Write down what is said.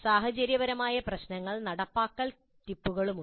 സാഹചര്യപരമായ പ്രശ്നങ്ങളും നടപ്പാക്കൽ ടിപ്പുകളും ഉണ്ട്